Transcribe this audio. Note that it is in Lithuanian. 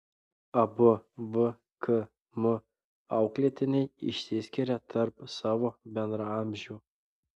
abu vkm auklėtiniai išsiskiria tarp savo bendraamžių